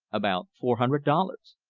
about four hundred dollars.